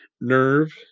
nerve